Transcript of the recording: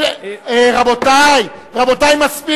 ומה אמר ראש הממשלה?